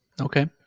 Okay